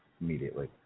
immediately